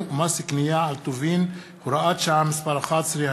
ומס קנייה על טובין (הוראת שעה מס' 11),